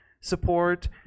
support